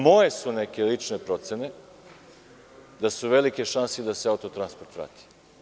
Moje su neke lične procene da su velike šanse da se „Autotransport“ vrati.